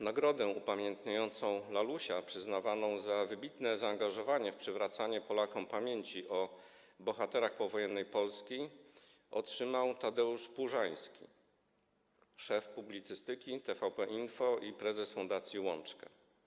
Nagrodę upamiętniającą „Lalusia”, przyznawaną za wybitne zaangażowanie w przywracanie Polakom pamięci o bohaterach powojennej Polski, otrzymał Tadeusz Płużański, szef publicystyki TVP Info i prezes Fundacji „Łączka”